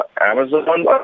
Amazon